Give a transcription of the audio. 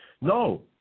No